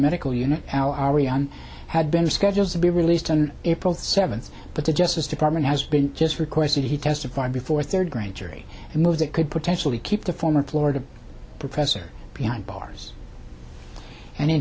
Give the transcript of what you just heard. medical unit had been scheduled to be released on april seventh but the justice department has been just requested he testified before a third grand jury and move that could potentially keep the former florida professor behind bars and in